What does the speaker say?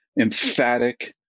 emphatic